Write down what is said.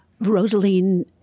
Rosaline